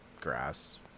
grass